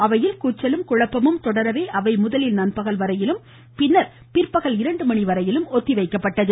அவையில் கூச்சலும் குழப்பமும் தொடரவே அவை முதலில் நண்பகல் வரையிலும் பின்னர் இரண்டு மணிவரையிலும் ஒத்திவைக்கப்பட்டது